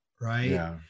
right